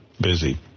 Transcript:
Busy